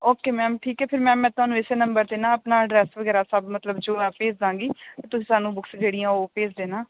okay ma'am ਠੀਕ ਹੈ ਫਿਰ ਮੈਮ ਮੈਂ ਤੁਹਾਨੂੰ ਇਸ ਨੰਬਰ 'ਤੇ ਨਾ ਆਪਣਾ ਐਡਰੈੱਸ ਵਗੈਰਾ ਸਭ ਮਤਲਬ ਜੋ ਹੈ ਭੇਜਦਾਂਗੀ ਤੁਸੀਂ ਸਾਨੂੰ ਬੁੱਕਸ ਜਿਹੜੀਆਂ ਉਹ ਭੇਜ ਦੇਣਾ